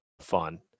fun